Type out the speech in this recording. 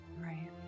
Right